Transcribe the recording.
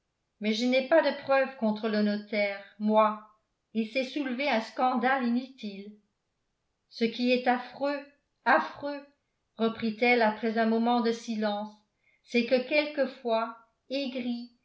mais je n'ai pas de preuves contre le notaire moi et c'est soulever un scandale inutile ce qui est affreux affreux reprit-elle après un moment de silence c'est que quelquefois aigrie